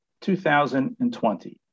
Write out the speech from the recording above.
2020